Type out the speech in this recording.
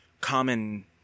common